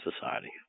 society